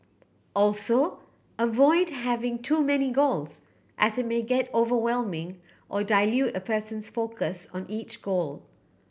also avoid having too many goals as it may get overwhelming or dilute a person's focus on each goal